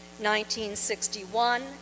1961